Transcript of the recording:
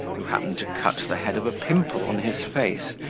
who happened to cut the head of a pimple on his face,